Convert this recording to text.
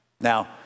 Now